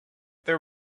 there